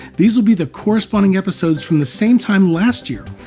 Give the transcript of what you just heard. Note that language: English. these will be the corresponding episodes from the same time last year.